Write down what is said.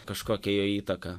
kažkokią jo įtaką